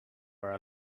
where